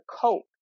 cope